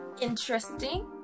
interesting